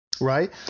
Right